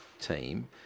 team